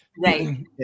Right